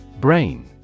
Brain